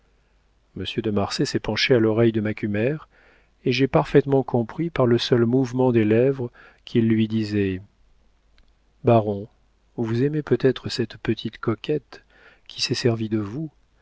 de marsay s'est penché à l'oreille de macumer et j'ai parfaitement compris par le seul mouvement des lèvres qu'il lui disait baron vous aimez peut-être cette petite coquette qui s'est servie de vous